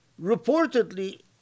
Reportedly